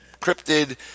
Cryptid